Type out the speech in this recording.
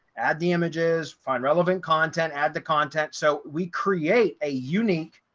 add the images, find relevant content, add the content. so we create a unique,